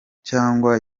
cyangwa